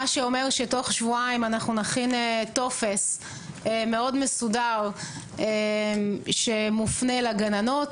מה שאומר שתוך שבועיים אנחנו נכין טופס מאוד מסודר שמופנה לגננות,